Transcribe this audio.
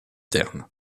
terme